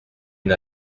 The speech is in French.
une